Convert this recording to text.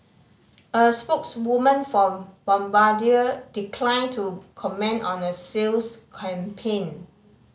a spokeswoman for Bombardier declined to comment on a sales campaign